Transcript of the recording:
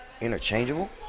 interchangeable